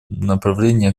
направлении